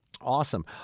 awesome